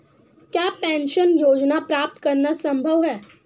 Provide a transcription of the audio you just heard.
क्या पेंशन योजना प्राप्त करना संभव है?